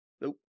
nope